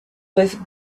with